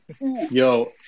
yo